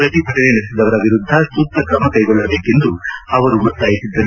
ಪ್ರತಿಭಟನೆ ನಡೆಸಿದವರ ವಿರುದ್ಧ ಸೂಕ್ತ ಕ್ರಮ ಕೈಗೊಳ್ಳಬೇಕೆಂದು ಒತ್ತಾಯಿಸಿದ್ದರು